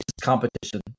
competition